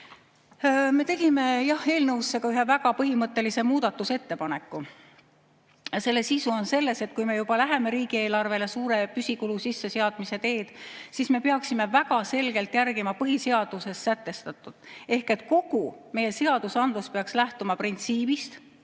Me tegime eelnõu kohta ka ühe väga põhimõttelise muudatusettepaneku. Selle sisu on selles, et kui me läheme riigieelarvele suure püsikulu sisseseadmise teed, siis me peaksime väga selgelt järgima põhiseaduses sätestatut. Ehk kogu meie seadusandlus peaks lähtuma printsiibist,